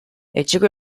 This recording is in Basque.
etxeko